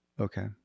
Okay